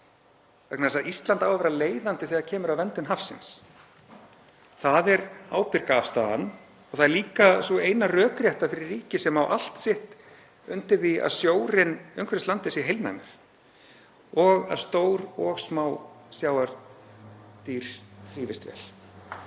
vegna þess að Ísland á að vera leiðandi þegar kemur að verndun hafsins. Það er ábyrga afstaðan og það er líka sú eina rökrétta fyrir ríki sem á allt sitt undir því að sjórinn umhverfis landið sé heilnæmur og að stór og smá sjávardýr þrífist vel.